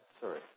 sorry